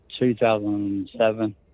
2007